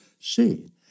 see